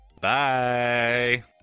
Bye